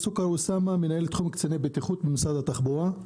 אני מנהל תחום קציני בטיחות במשרד התחבורה.